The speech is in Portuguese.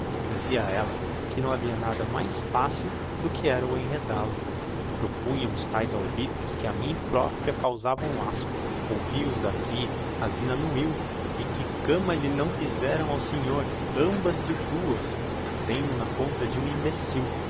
dizia ella que não havia nada mais facil do que era o enredál o propunha uns taes alvitres que a mim propria me causavam asco ouvi os d'aqui a zina annuiu e que cama lhe não fizeram ao senhor ambas de duas tem no na conta de um imbecil